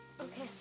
Okay